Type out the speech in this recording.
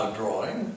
drawing